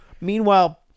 Meanwhile